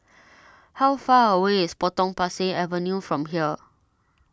how far away is Potong Pasir Avenue from here